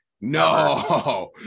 No